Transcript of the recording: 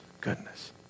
goodness